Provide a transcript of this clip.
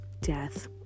death